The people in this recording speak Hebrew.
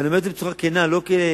אני אומר את זה בצורה כנה, לא כהתרסה,